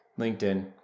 LinkedIn